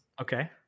okay